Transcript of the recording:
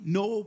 no